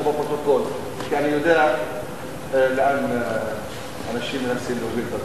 בפרוטוקול כי אני יודע לאן אנשים מנסים להוביל את הדברים.